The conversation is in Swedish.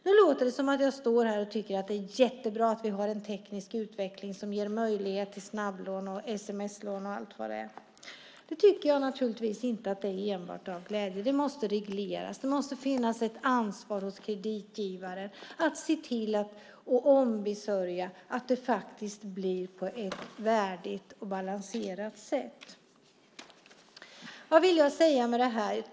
Det låter nu som att jag står här och tycker att det är jättebra att vi har en teknisk utveckling som ger möjlighet till snabblån, sms-lån och allt var det är. Jag tycker naturligtvis inte att det enbart är av glädje. Det måste regleras och finnas ett ansvar hos kreditgivaren att ombesörja att det blir på ett värdigt och balanserat sätt. Vad vill jag säga med detta?